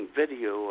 video